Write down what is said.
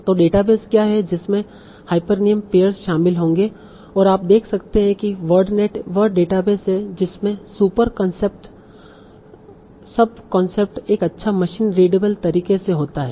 तो डेटाबेस क्या है जिसमें हाइपरनिम पेयर्स शामिल होंगे और आप देख सकते हैं कि वर्डनेट वह डेटाबेस है जिसमें सुपर कॉन्सेप्ट सब कॉन्सेप्ट एक अच्छा मशीन रिडबल तरीके से होता है